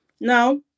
Now